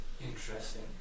Interesting